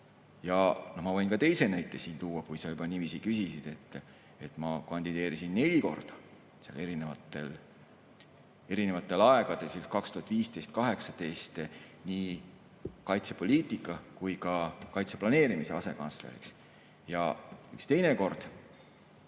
Ma võin ka teise näite siin tuua, kui sa juba niiviisi küsisid. Ma kandideerisin neli korda erinevatel aegadel, 2015–2018, nii kaitsepoliitika kui ka kaitseplaneerimise asekantsleriks. Üks teine kord